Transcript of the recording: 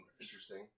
interesting